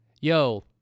Yo